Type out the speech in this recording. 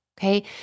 okay